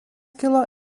kilo